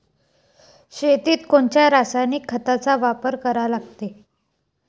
शेतीत कोनच्या रासायनिक खताचा वापर करा लागते?